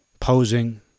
posing